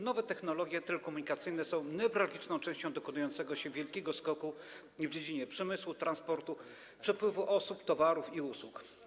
Nowe technologie telekomunikacyjne są newralgiczną częścią dokonującego się wielkiego skoku w dziedzinie przemysłu, transportu, przepływu osób, towarów i usług.